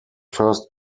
first